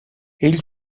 ell